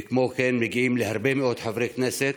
וכן מגיעים להרבה מאוד חברי כנסת,